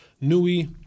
Nui